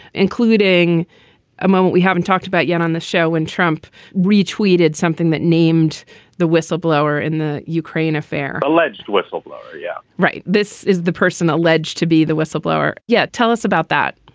including a moment we haven't talked about yet on the show. and trump retweeted something that named the whistleblower in the ukraine affair alleged whistleblower yeah, right. this is the person alleged to be the whistleblower. yeah. tell us about that,